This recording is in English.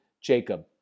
Jacob